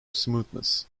smoothness